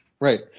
Right